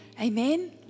Amen